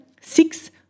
six